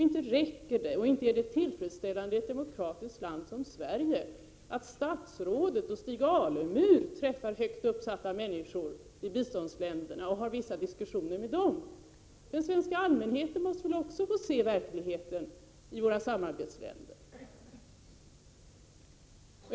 Inte räcker det och inte är det heller tillfredsställande när det gäller ett land som Sverige att statsrådet och Stig Alemyr träffar högt uppsatta människor i biståndsländerna och har vissa diskussioner med dem. Den svenska allmänheten måste väl också få se verkligheten i våra samarbetsländer.